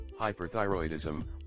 Hyperthyroidism